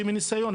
ומניסיון,